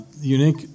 Unique